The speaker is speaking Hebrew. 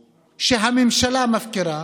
כאשר יש לנו זכויות שהממשלה מפקירה